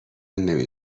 نمی